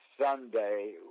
Sunday